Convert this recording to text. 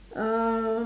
uh